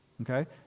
okay